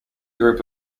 group